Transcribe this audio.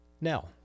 Now